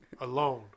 Alone